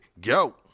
Go